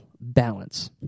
balance